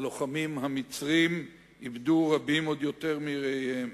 הלוחמים המצרים איבדו רבים עוד יותר מרעיהם.